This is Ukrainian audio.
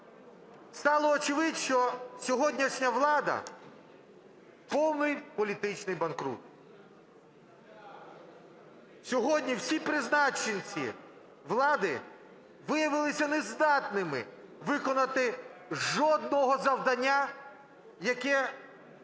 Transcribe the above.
Стало вочевидь, що сьогоднішня влада – повний політичний банкрут. Сьогодні всі призначенці влади виявилися не здатними виконати жодного завдання, яке